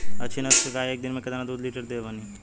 अच्छी नस्ल क गाय एक दिन में केतना लीटर दूध देवे ला?